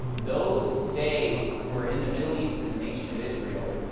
those today, who are in the middle east in the nation of israel,